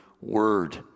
word